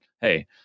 hey